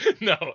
No